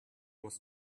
was